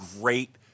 great